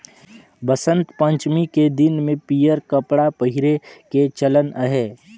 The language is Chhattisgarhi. बसंत पंचमी के दिन में पीयंर कपड़ा पहिरे के चलन अहे